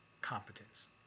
competence